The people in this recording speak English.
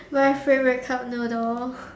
my favourite cup noodle